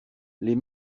les